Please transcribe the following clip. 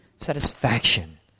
satisfaction